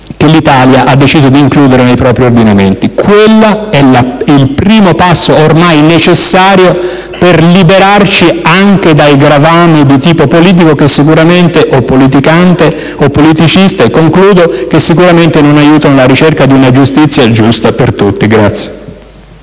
che l'Italia ha deciso di includere nei propri ordinamenti. Quello è il primo passo, ormai necessario, per liberarci anche dai gravami di tipo politico o politicante o politicista, che non aiutano la ricerca di una giustizia giusta per tutti.